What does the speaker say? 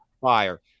Fire